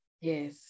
Yes